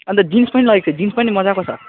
अन्त जिन्स पनि लगेको थिएँ जिन्स पनि मजाको छ